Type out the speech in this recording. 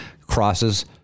crosses